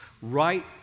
Right